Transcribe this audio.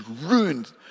ruined